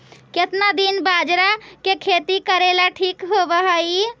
केतना दिन बाजरा के खेती करेला ठिक होवहइ?